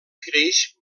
creix